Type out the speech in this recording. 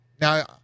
now